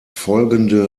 folgende